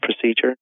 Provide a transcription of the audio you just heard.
procedure